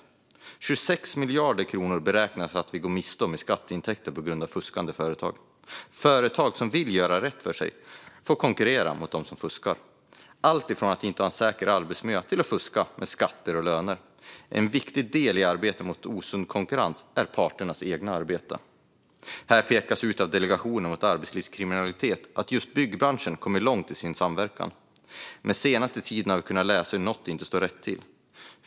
Vi beräknas gå miste om 26 miljarder kronor i skatteintäkter på grund av fuskande företag. Företag som vill göra rätt för sig får konkurrera med dem som fuskar med alltifrån att inte ha en säker arbetsmiljö till hanteringen av skatter och löner. En viktig del i arbetet mot osund konkurrens är parternas eget arbete. Här pekar Delegationen mot arbetslivskriminalitet ut att just byggbranschen har kommit långt i sin samverkan, men under den senaste tiden har vi kunnat läsa hur något inte står rätt till.